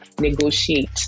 negotiate